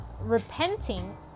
repenting